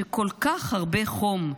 שכל כך הרבה חום,